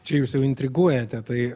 čia jūs jau intriguojate tai